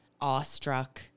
awestruck